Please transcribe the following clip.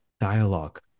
dialogue